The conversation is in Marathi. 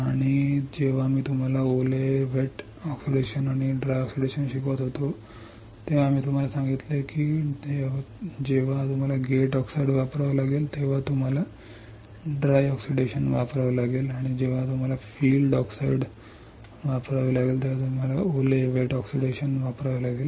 आणि जेव्हा मी तुम्हाला ओले ऑक्सिडेशन आणि ड्राय ऑक्सिडेशन शिकवत होतो तेव्हा मी तुम्हाला सांगितले की जेव्हा तुम्हाला गेट ऑक्साईड वापरावे लागेल तेव्हा तुम्हाला ड्राय ऑक्सिडेशन वापरावे लागेल आणि जेव्हा तुम्हाला फील्ड ऑक्साईड वापरावे लागेल तेव्हा तुम्हाला ओले ऑक्सिडेशन वापरावे लागेल